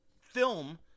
film